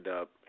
up